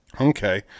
Okay